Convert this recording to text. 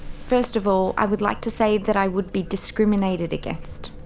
first of all, i would like to say that i would be discriminated against.